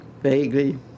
vaguely